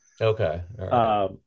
Okay